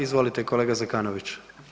Izvolite kolega Zekanović.